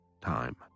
time